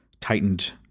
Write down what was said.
tightened